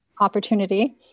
opportunity